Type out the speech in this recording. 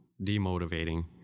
demotivating